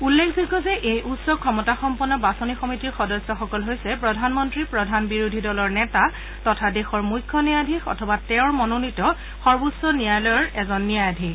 উল্লেখযোগ্য যে এই উচ্চ ক্ষমতাসম্পন্ন বাছনি সমিতিৰ সদস্যসকল হৈছে প্ৰধানমন্ত্ৰী প্ৰধান বিৰোধী দলৰ নেতা তথা দেশৰ মূখ্য ন্যায়াধীশ অথবা তেওঁৰ মনোনীত সৰ্বোচ্চ ন্যায়ালয়ৰ এজন ন্যায়াধীশ